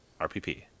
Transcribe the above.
RPP